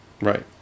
Right